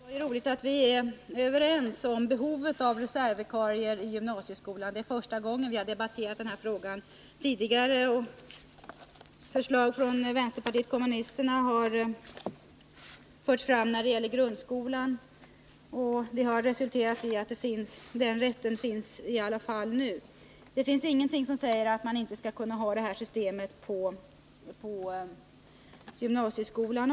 Herr talman! Det var ju roligt att Stig Alemyr och jag är överens om behovet av reservvikarier i gymnasieskolan. Det är inte första gången vi debatterar den här frågan här i kammaren. Förslag har tidigare förts fram av vänsterpartiet kommunisterna när det gällt grundskolan, och det har resulterat i att systemet nu tillämpas där. Det finns ingenting som säger att man inte skulle behöva ha systemet också på gymnasieskolan.